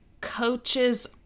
coaches